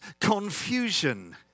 confusion